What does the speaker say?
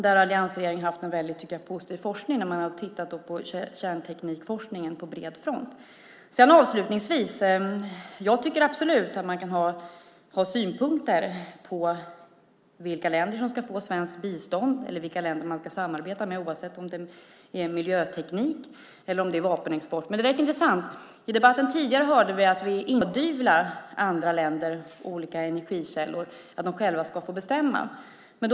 Där har alliansregeringen varit klok och tittat på kärnteknikforskningen på bred front. Avslutningsvis tycker jag att man absolut kan ha synpunkter på vilka länder som ska få svenskt bistånd eller vilka länder vi ska samarbeta med, oavsett om det gäller miljöteknik eller vapenexport. Tidigare i debatten hörde vi dock att vi inte ska pådyvla andra länder olika energikällor utan att de själva ska få bestämma.